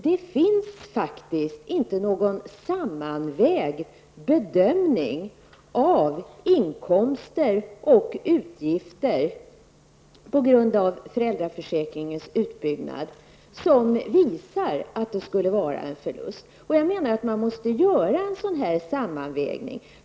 Det finns faktiskt inte någon sammanvägd bedömning av inkomster och utgifter på grund av föräldraförsäkringens utbyggnad som visar att det skulle vara en förlust. Jag menar att man måste göra en sådan sammanvägning.